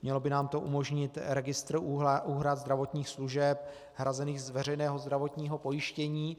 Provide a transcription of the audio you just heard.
Mělo by nám to umožnit registr úhrad zdravotních služeb hrazených z veřejného zdravotního pojištění.